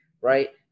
right